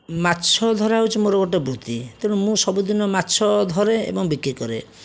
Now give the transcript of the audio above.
ମାଛଧରା ହେଉଛି ମୋର ଗୋଟେ ବୃତ୍ତି ତେଣୁ ମୁଁ ସବୁଦିନ ମାଛ ଧରେ ଏବଂ ବିକ୍ରି କରେ